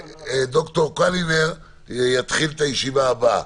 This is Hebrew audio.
ד"ר קלינר יתחיל לדבר בישיבה הבאה,